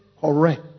correct